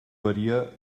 varia